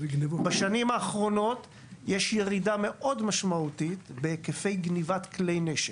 בשנים האחרונות יש ירידה מאוד משמעותית בהיקפי גנבת כלי נשק.